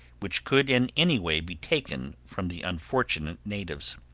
which could in any way be taken from the unfortunate natives.